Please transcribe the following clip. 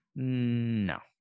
No